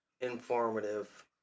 informative